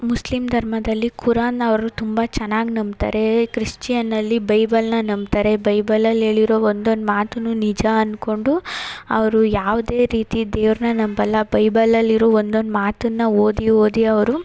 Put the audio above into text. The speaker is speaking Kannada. ಮುಸ್ಲಿಮ್ ಧರ್ಮದಲ್ಲಿ ಕುರಾನ್ ಅವರು ತುಂಬ ಚೆನ್ನಾಗಿ ನಂಬ್ತಾರೆ ಕ್ರಿಶ್ಚಿಯನ್ನಲ್ಲಿ ಬೈಬಲನ್ನ ನಂಬ್ತಾರೆ ಬೈಬಲಲ್ಲಿ ಹೇಳಿರೋ ಒಂದೊಂದು ಮಾತನ್ನು ನಿಜ ಅಂದ್ಕೊಂಡು ಅವರು ಯಾವುದೇ ರೀತಿ ದೇವ್ರನ್ನ ನಂಬಲ್ಲ ಬೈಬಲಲ್ಲಿ ಇರೋ ಒಂದೊಂದು ಮಾತನ್ನು ಓದಿ ಓದಿ ಅವರು